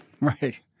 Right